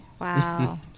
Wow